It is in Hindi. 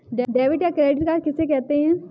डेबिट या क्रेडिट कार्ड किसे कहते हैं?